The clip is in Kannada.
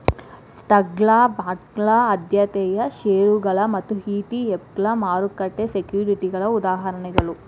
ಸ್ಟಾಕ್ಗಳ ಬಾಂಡ್ಗಳ ಆದ್ಯತೆಯ ಷೇರುಗಳ ಮತ್ತ ಇ.ಟಿ.ಎಫ್ಗಳ ಮಾರುಕಟ್ಟೆ ಸೆಕ್ಯುರಿಟಿಗಳ ಉದಾಹರಣೆಗಳ